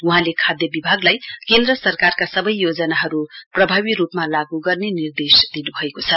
वहाँले खाद्य विभागलाई केन्द्र सरकारका सवै योजनहरु प्रभावी रुपमा लागू गर्ने निर्देश दिनुभएको छ